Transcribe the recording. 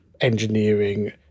engineering